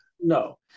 no